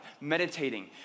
meditating